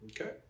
Okay